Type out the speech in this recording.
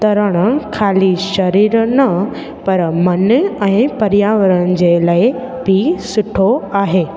तरणु ख़ाली शरीरु न पर मन ऐं पर्यावरण जे लाइ बि सुठो आहे